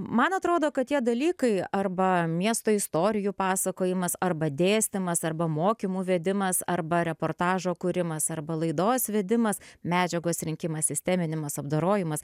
man atrodo kad tie dalykai arba miesto istorijų pasakojimas arba dėstymas arba mokymų vedimas arba reportažo kūrimas arba laidos vedimas medžiagos rinkimas sisteminimas apdorojimas